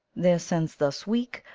their sense thus weak,